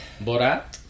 Bora